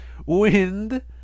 Wind